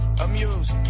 Amused